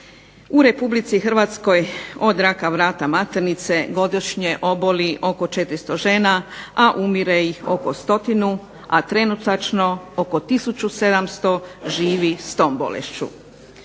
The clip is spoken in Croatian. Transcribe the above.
U Republici Hrvatskoj od raka vrata maternice godišnje oboli oko 400 žena, a umire ih oko stotinu, a trenutačno oko tisuću 700 živi s tom bolešću.